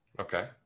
Okay